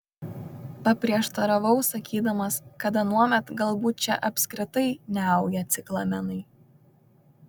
paprieštaravau sakydamas kad anuomet galbūt čia apskritai neaugę ciklamenai